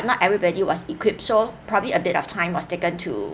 not everybody was equipped so probably a bit of time was taken to